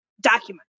document